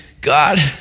God